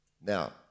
Now